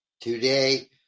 Today